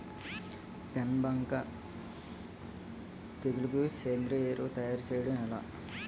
పేను బంక తెగులుకు సేంద్రీయ ఎరువు తయారు చేయడం ఎలా?